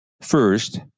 First